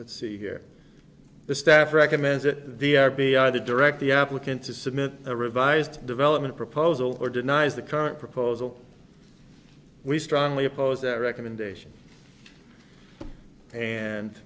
would see here the staff recommends it the r b i to direct the applicant to submit a revised development proposal or denies the current proposal we strongly oppose that recommendation and